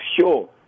sure